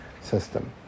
system